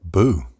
Boo